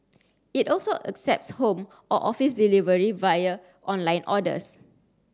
it also accepts home or office delivery via online orders